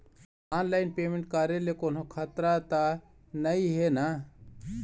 Online payment करे ले कोन्हो खतरा त नई हे न?